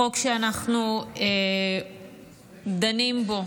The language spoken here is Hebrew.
לחוק שאנחנו דנים בו